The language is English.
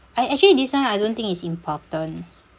I actually this one I don't think is important